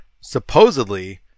supposedly